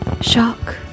Shock